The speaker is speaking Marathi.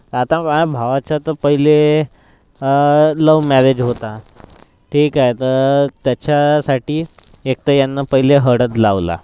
आता माया भावाचा तर पहिले लव मॅरेज होता ठीक आहे तर त्याच्यासाठी एकतर यांना पहिले हळद लावला